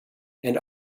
and